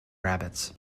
rabbits